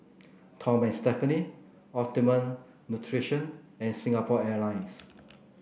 Tom and Stephanie Optimum Nutrition and Singapore Airlines